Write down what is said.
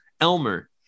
elmer